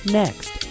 next